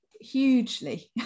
hugely